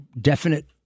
definite